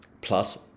plus